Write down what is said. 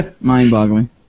Mind-boggling